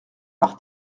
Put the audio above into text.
par